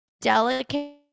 delicate